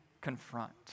confront